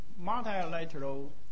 multilateral